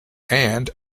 and